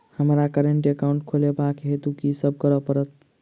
हमरा current account खोलेवाक हेतु की सब करऽ पड़त?